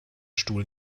stuhl